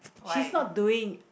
she's not doing